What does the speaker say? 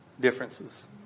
Differences